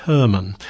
Herman